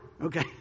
Okay